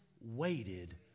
waited